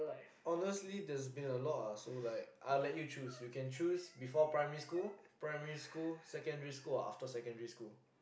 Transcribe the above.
honestly there's being a lot ah so like I'll let you choose you can choose before primary school primary school secondary school or after secondary school